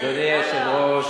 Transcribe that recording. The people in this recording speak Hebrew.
אדוני היושב-ראש,